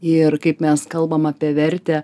ir kaip mes kalbam apie vertę